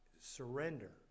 surrender